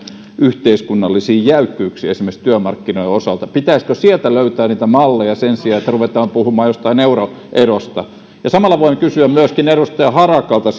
yhteiskunnallisiin jäykkyyksiin esimerkiksi työmarkkinoiden osalta pitäisikö sieltä löytää niitä malleja sen sijaan että ruvetaan puhumaan jostain euroerosta samalla voin kysyä edustaja harakalta